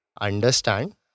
understand